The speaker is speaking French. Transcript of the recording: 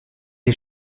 est